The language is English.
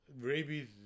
Rabies